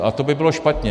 A to by bylo špatně.